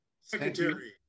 Secretary